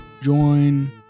join